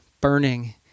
burning